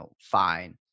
fine